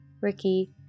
Ricky